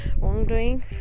wrongdoing